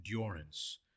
endurance